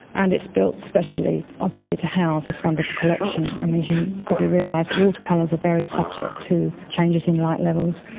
and it's built specially, obviously, to house this wonderful collection. and um as you probably realise, watercolours are very subject to changes in light levels,